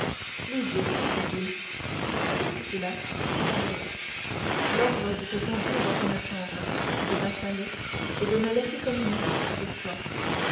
lisez dit-il qu'est-ce que cela dit andrea l'ordre de te conduire dans une chambre de t'installer et de me laisser communiquer avec toi